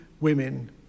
women